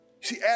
See